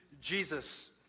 Jesus